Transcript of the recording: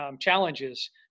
challenges